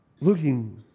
looking